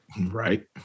Right